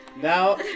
Now